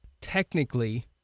technically